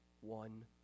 one